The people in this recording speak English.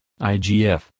IGF